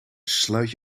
sluit